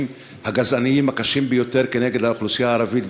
הגזעניים הקשים ביותר כנגד האוכלוסייה הערבית,